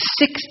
six